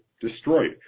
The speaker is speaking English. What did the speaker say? destroyed